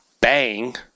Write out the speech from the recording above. bang